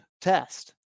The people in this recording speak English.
test